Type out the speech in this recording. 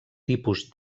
tipus